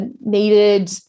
needed